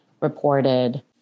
reported